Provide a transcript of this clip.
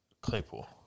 Claypool